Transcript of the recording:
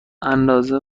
اندازه